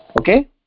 okay